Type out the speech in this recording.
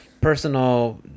personal